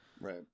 right